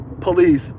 police